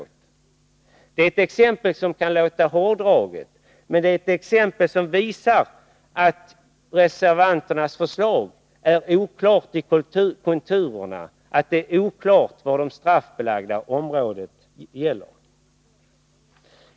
Det är ett exempel som kan låta hårdraget, men det visar att reservanternas förslag är oklart i konturerna, att det är oklart var gränserna för det straffbelagda området går.